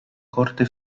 corte